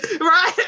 right